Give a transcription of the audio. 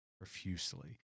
profusely